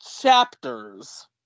chapters